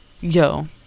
Yo